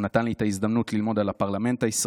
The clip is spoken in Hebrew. הוא נתן לי את ההזדמנות ללמוד על הפרלמנט הישראלי,